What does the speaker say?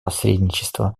посредничества